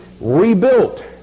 rebuilt